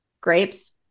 Grapes